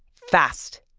fast.